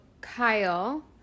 Kyle